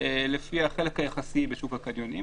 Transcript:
לפי החלק היחסי בשוק הקניונים.